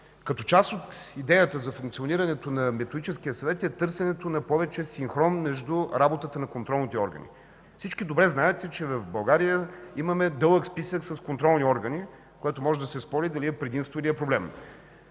Като част от идеята за функционирането на Методическия съвет е търсенето на повече синхрон между работата на контролните органи. Всички добре знаете, че в България имаме дълъг списък с контролни органи. Може да се спори дали това е предимство или проблем.